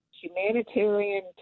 humanitarian